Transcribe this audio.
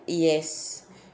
yes